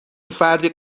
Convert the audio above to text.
فردی